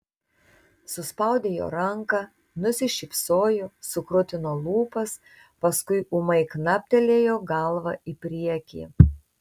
suspaudė jo ranką nusišypsojo sukrutino lūpas paskui ūmai knaptelėjo galva į priekį